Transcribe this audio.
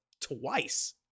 twice